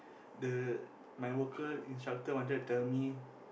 the my worker instructor wanted to tell me